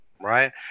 right